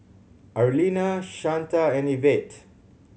Arlena Shanta and Ivette